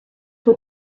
suo